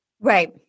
Right